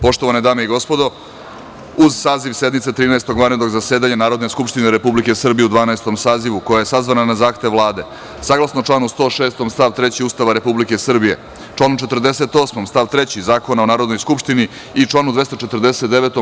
Poštovane dame i gospodo, uz saziv sednice Trinaestog vanrednog zasedanja Narodne skupštine Republike Srbije u Dvanaestom sazivu, koja je sazvana na zahtev Vlade, saglasno članu 106. stav 3. Ustava Republike Srbije, članu 48. stav 3. Zakona o Narodnoj skupštini i članu 249.